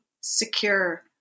secure